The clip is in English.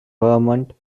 vermont